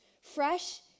fresh